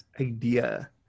idea